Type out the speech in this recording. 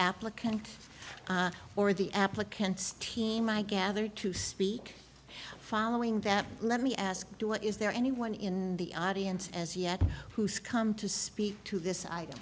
applicant or the applicants team i gather to speak following that let me ask you what is there anyone in the audience as yet who's come to speak to this i